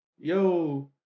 yo